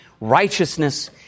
righteousness